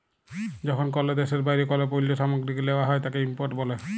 যখন কল দ্যাশের বাইরে কল পল্য সামগ্রীকে লেওয়া হ্যয় তাকে ইম্পোর্ট ব্যলে